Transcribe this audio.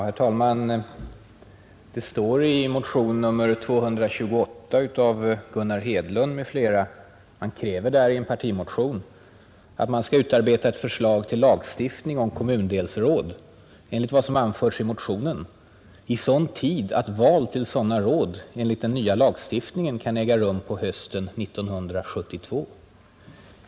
Herr talman! I en partimotion, nr 228 av herr Hedlund m.fl., kräver man att man skall ”utarbeta ett förslag till lagstiftning om kommundelsråd enligt vad som anförts i motionen, i sådan tid att val till sådana råd enligt den nya lagstiftningen kan äga rum på hösten 1972”.